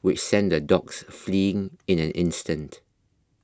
which sent the dogs fleeing in an instant